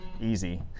Easy